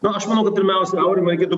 nu aš manau kad pirmiausia aurimai reikėtų